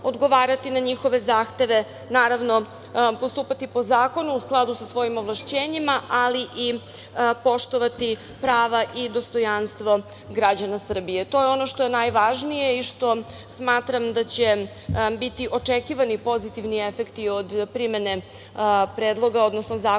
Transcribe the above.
odgovarati na njihove zahteve, naravno, postupati po zakonu u skladu sa svojim ovlašćenjima, ali i poštovati prava i dostojanstvo građana Srbije. To je ono što je najvažnije i što smatram da će biti očekivani pozitivni efekti od primene predloga, odnosno zakona